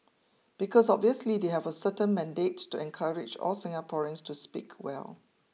because obviously they have a certain mandate to encourage all Singaporeans to speak well